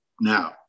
now